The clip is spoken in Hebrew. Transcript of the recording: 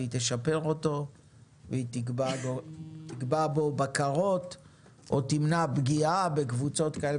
והיא תשפר אותו והיא תקבע בו בקרות או תמנע פגיעה בקבוצות כאלה